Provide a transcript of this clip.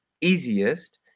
easiest